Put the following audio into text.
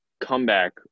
comeback